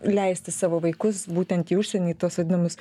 leisti savo vaikus būtent į užsienį į tuos vadinamus